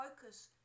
focus